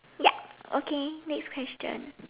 ya okay next question